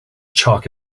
chalk